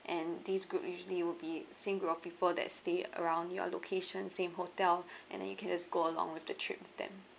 and this group usually will be same group of people that stay around your location same hotel and then you can just go along with the trip with them